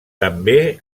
també